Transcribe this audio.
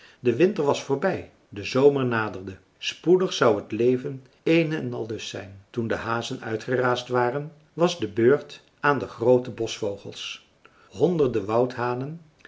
de winter was voorbij de zomer naderde spoedig zou het leven een en al lust zijn toen de hazen uitgeraasd hadden was de beurt aan de groote boschvogels honderden